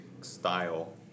style